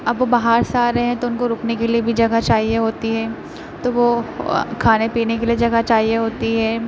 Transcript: اب وہ باہر سے آ رہے ہیں تو ان کو رکنے کے لیے بھی جگہ چاہیے ہوتی ہے تو وہ کھانے پینے کے لیے جگہ چاہیے ہوتی ہے